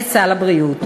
לסל הבריאות.